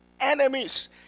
enemies